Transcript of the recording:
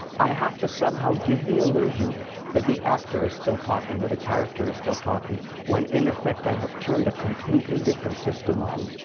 i have to somehow give the illusion that the actor is still talking or the character is still talking when, in effect, i have turned a completely different system on.